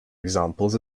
examples